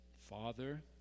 Father